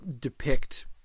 depict